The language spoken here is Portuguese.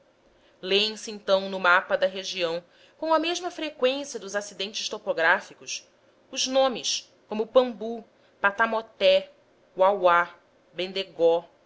lêem se então no mapa da região com a mesma freqüência dos acidentes topográficos os nomes como pambu patamoté uauá